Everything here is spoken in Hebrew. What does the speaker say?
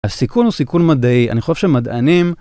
אז סיכון הוא סיכון מדעי, אני חושב שמדענים...